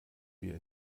wir